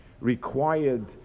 required